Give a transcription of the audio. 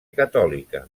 catòlica